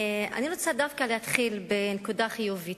אני רוצה דווקא להתחיל בנקודה חיובית.